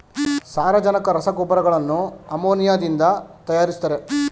ಸಾರಜನಕ ರಸಗೊಬ್ಬರಗಳನ್ನು ಅಮೋನಿಯಾದಿಂದ ತರಯಾರಿಸ್ತರೆ